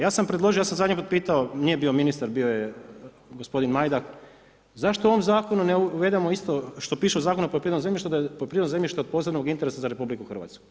Ja sam predložio, ja sam zadnji put pitao, nije bio ministar, bio je g. Majdak, zašto u ovom zakonu ne uvedemo isto, što piše u Zakonu o poljoprivrednom zemljištu, da je poljoprivredo zemljište od posebnog interesa za RH.